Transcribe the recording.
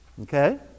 Okay